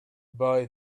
boy